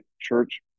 church